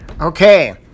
Okay